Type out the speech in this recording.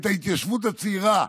את ההתיישבות הצעירה,